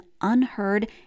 unheard